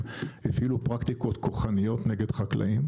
הפעילו פרקטיקות כוחניות נגד חקלאים,